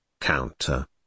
counter